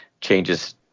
changes